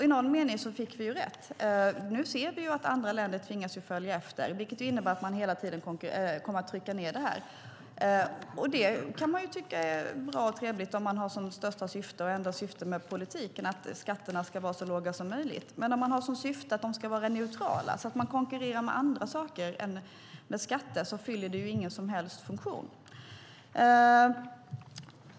I någon mening fick vi rätt. Nu ser vi att andra länder tvingas följa efter, vilket innebär att man hela tiden kommer att trycka nedåt. Det kan man tycka är bra och trevligt om man som enda syfte med politiken har att skatterna ska vara så låga som möjligt. Men om syftet är att de ska vara neutrala och att man konkurrerar med andra saker än skatter fyller det ingen som helst funktion.